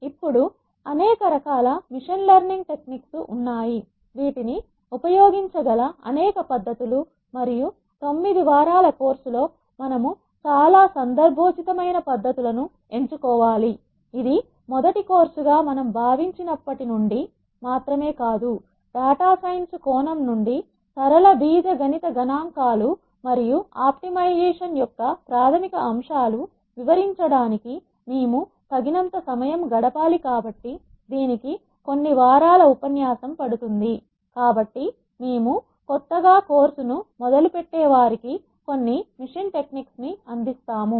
ఇప్పుడు అనేక రకాల మెషిన్ లెర్నింగ్ టెక్నిక్స్ ఉన్నాయి వీటిని ఉపయోగించగల అనేక పద్ధతులు మరియు తొమ్మిది వారాల కోర్సు లో మనం చాలా సందర్భోచితమైన పద్ధతులను ఎంచుకోవాలి ఇది మొదటి కోర్సుగా మనం భావించినప్పటి నుండి మాత్రమే కాదు డేటా సైన్స్ కోణం నుండి సరళ బీజగణిత గణాంకాలు మరియు ఆప్టిమైజేషన్ యొక్క ప్రాథమిక అంశాలు వివరించడానికి మేము తగినంత సమయం గడపాలి కాబట్టి దీనికి కొన్ని వారాల ఉపన్యాసం పడుతుంది కాబట్టి మేము కొత్తగా కోర్సును మొదలు పెట్టే వారికి కొన్ని మిషన్ టెక్నిక్స్ ను అందిస్తాము